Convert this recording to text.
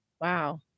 Wow